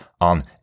on